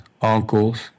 uncles